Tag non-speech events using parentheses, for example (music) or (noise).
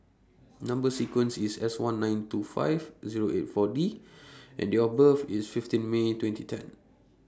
Number (noise) sequence IS S one nine two five Zero eight four D (noise) and Date of birth IS fifteen May twenty ten